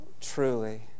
truly